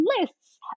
lists